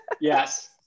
Yes